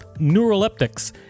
neuroleptics